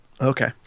Okay